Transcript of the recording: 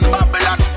Babylon